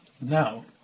Now